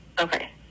Okay